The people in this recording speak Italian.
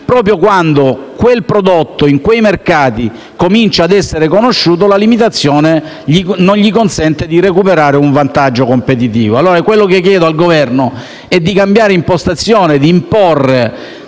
proprio quando quel prodotto in quei mercati comincia a essere conosciuto, la limitazione non gli consente di recuperare un vantaggio competitivo. Allora, ciò che chiedo al Governo è di cambiare impostazione e di eliminare